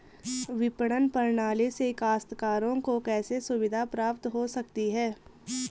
विपणन प्रणाली से काश्तकारों को कैसे सुविधा प्राप्त हो सकती है?